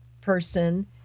person